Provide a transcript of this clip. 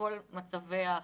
בכל מצבי החירום,